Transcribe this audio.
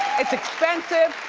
it's expensive,